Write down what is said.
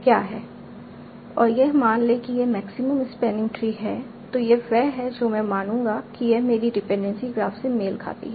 और यह मान लें कि यह मैक्सिमम स्पैनिंग ट्री है तो यह वह है जो मैं मानूंगा कि यह मेरी डिपेंडेंसी ग्राफ से मेल खाती है